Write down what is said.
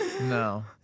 no